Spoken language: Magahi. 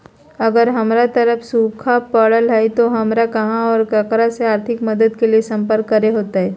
अगर हमर तरफ सुखा परले है तो, हमरा कहा और ककरा से आर्थिक मदद के लिए सम्पर्क करे होतय?